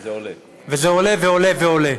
וזה עולה ועולה ועולה.